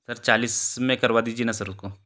sir चालीस में करवा दीजिए ना सर उसको